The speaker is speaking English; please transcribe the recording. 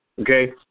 Okay